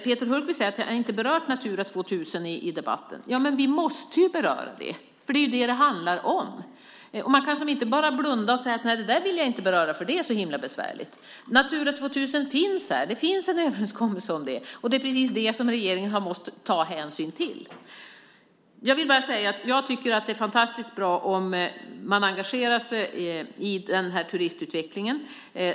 Peter Hultqvist säger att han inte har berört Natura 2000 i debatten. Men vi måste beröra det, för det är det som det handlar om. Man kan inte bara blunda och säga: "Det där vill jag inte beröra, för det är så himla besvärligt." Natura 2000 finns. Det finns en överenskommelse om det. Det är precis det som regeringen har måst ta hänsyn till. Jag tycker att det är fantastiskt bra om man engagerar sig i turistutvecklingen.